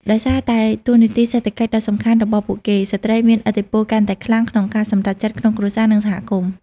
ដោយសារតែតួនាទីសេដ្ឋកិច្ចដ៏សំខាន់របស់ពួកគេ ស្ត្រីមានឥទ្ធិពលកាន់តែខ្លាំងក្នុងការសម្រេចចិត្តក្នុងគ្រួសារ និងសហគមន៍។